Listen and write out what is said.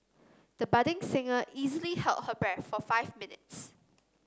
the budding singer easily held her breath for five minutes